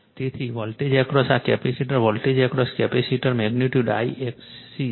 તેથી voltage across આ capacitor voltage across capacitor magnitude I XC છે